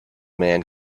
man